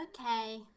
Okay